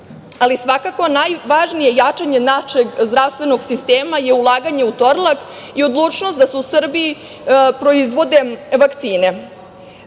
Ali svakako najvažnije jačanje našeg zdravstvenog sistema je ulaganje u „Torlak“ i odlučnost da se u Srbiji proizvode vakcine. Srbija